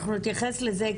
אנחנו נתייחס לזה,